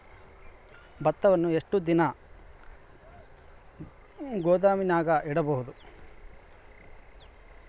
ಭತ್ತವನ್ನು ಎಷ್ಟು ದಿನ ಗೋದಾಮಿನಾಗ ಇಡಬಹುದು?